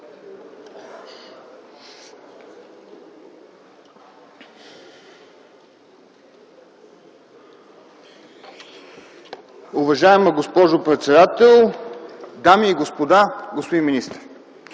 Уважаема госпожо председател, дами и господа, господин министър!